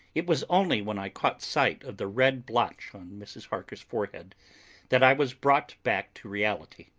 it was only when i caught sight of the red blotch on mrs. harker's forehead that i was brought back to reality.